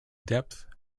depth